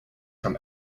from